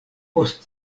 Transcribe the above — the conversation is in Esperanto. post